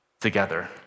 together